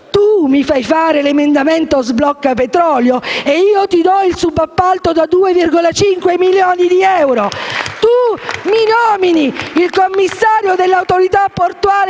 tu mi fai fare l'emendamento sblocca petrolio e io ti do il subappalto da 2,5 milioni di euro; tu mi nomini il commissario dell'Autorità portuale